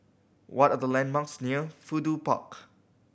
what are the landmarks near Fudu Park